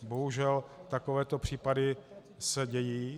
Bohužel takovéto případy se dějí.